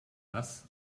das